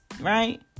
right